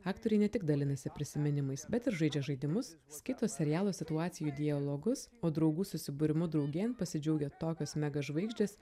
aktoriai ne tik dalinasi prisiminimais bet ir žaidžia žaidimus skaito serialo situacijų dialogus o draugų susibūrimu draugėn pasidžiaugia tokios mega žvaigždės